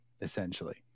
essentially